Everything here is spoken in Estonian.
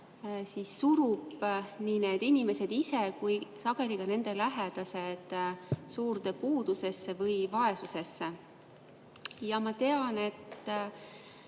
puue surub nii need inimesed kui sageli ka nende lähedased suurde puudusesse või vaesusesse. Ma tean, et